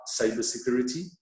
cybersecurity